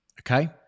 okay